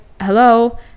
hello